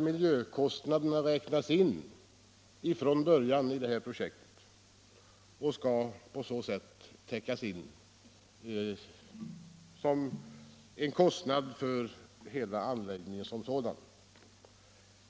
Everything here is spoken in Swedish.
miljökostnaden från början får räknas in i projektet såsom en kostnad för anläggningen som sådan.